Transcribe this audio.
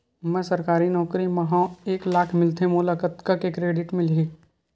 मैं सरकारी नौकरी मा हाव एक लाख मिलथे मोला कतका के क्रेडिट मिलही?